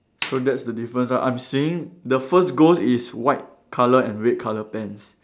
so that's the difference ah I'm seeing the first ghost is white color and red color pants